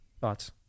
Thoughts